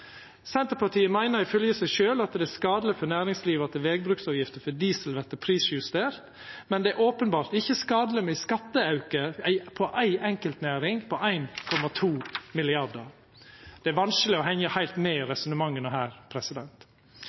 Senterpartiet meiner ifylgje seg sjølv at det er skadeleg for næringslivet at vegbruksavgifta på diesel vert prisjustert, men det er openbert ikkje skadeleg med ein skatteauke for ei enkeltnæring på 1,2 mrd. kr. Det er vanskeleg å henga heilt med i resonnementa her.